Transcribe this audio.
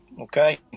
Okay